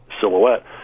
silhouette